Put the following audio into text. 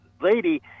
lady